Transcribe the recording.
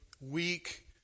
weak